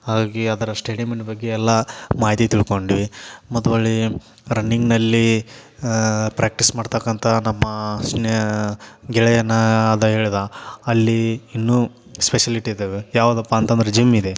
ಹಾಗಾಗಿ ಅದರ ಸ್ಟೇಡಿಯಮ್ಮಿನ ಬಗ್ಗೆ ಎಲ್ಲ ಮಾಹಿತಿ ತಿಳ್ಕೊಂಡ್ವಿ ಮತ್ತು ಹೊರ್ಳಿ ರನ್ನಿಂಗ್ನಲ್ಲಿ ಪ್ರ್ಯಾಕ್ಟಿಸ್ ಮಾಡತಕ್ಕಂಥ ನಮ್ಮ ಸ್ನೇ ಗೆಳೆಯನಾದ ಹೇಳ್ದ ಅಲ್ಲಿ ಇನ್ನೂ ಸ್ಪೆಷಲಿಟಿ ಇದಾವೆ ಯಾವುದಪ್ಪ ಅಂತಂದ್ರೆ ಜಿಮ್ಮಿದೆ